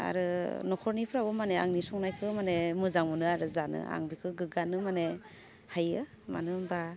आरो नख'रनिफ्राबो माने आंनि संनायखौ माने मोजां मोनो आरो जानो आं बेखौ गोग्गानो माने हायो मानो होनबा